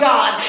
God